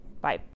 Bye